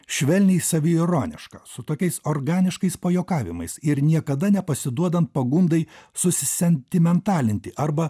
švelniai saviironiška su tokiais organiškais pajuokavimais ir niekada nepasiduodant pagundai susisentimentalinti arba